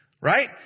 Right